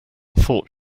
thought